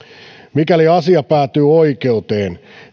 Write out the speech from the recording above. mikäli asia päätyy oikeuteen